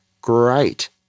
great